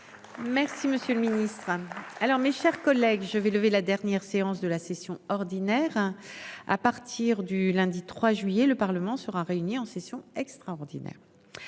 Merci, monsieur le Ministre. Alors, mes chers collègues, je vais lever la dernière séance de la session ordinaire. À partir du lundi 3 juillet le parlement sera réuni en session extraordinaire.